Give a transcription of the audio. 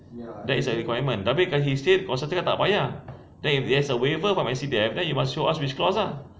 that is a requirement tapi kan he said masa tu cakap tak payah there is a waiver from S_C_D_F then you must show us which clause ah